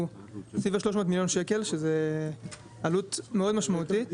סביב ה-300 מיליון שקלים שזאת עלות מאוד משמעותית.